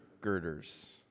girders